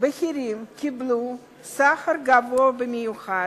בכירים קיבלו שכר גבוה במיוחד,